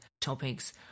topics